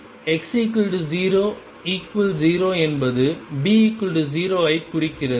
மற்றும் x00 என்பது B 0 ஐ குறிக்கிறது